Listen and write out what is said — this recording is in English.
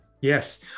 yes